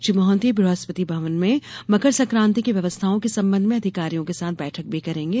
श्री मोहन्ती बृहस्पति भवन में मकर संक्रान्ति की व्यवस्थाओं के सम्बन्ध में अधिकारियों के साथ बैठक भी करेंगे